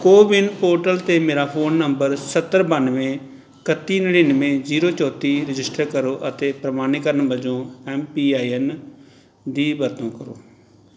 CoWIN portal 'ਤੇ ਮੇਰਾ phone number ਸੱਤਰ ਬਾਨਵੇਂ ਇਕੱਤੀ ਨੜਿਨਵੇਂ ਜੀਰੋ ਚੌਂਤੀ ਰਜਿਸਟਰ ਕਰੋ ਅਤੇ ਪ੍ਰਮਾਣੀਕਰਨ ਵਜੋਂ ਐਮ ਪੀ ਆਈ ਐਨ ਦੀ ਵਰਤੋਂ ਕਰੋ